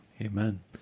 Amen